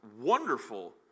wonderful